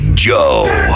Joe